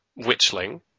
Witchling